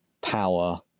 power